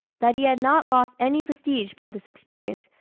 that he had not lost any prestige by this experience,